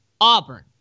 Auburn